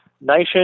nation